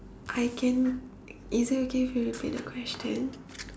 I can is it okay if you repeat the question